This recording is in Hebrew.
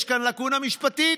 יש כאן לקונה משפטית.